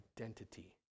identity